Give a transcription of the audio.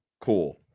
Cool